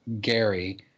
Gary